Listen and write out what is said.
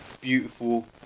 beautiful